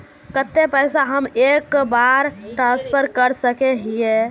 केते पैसा हम एक बार ट्रांसफर कर सके हीये?